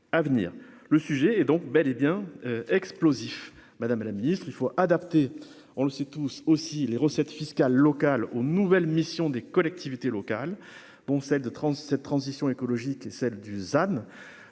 le sujet est donc bel et bien explosif, madame la ministre, il faut adapter, on le sait tous aussi les recettes fiscales locales aux nouvelles missions des collectivités locales, bon, celle de 37 transition écologique et celle du than